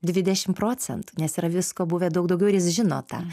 dvidešim procentų nes yra visko buvę daug daugiau ir jis žino tą